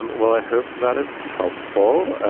um well, i hope that is helpful.